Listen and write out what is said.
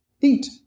eat